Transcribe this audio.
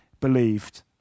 believed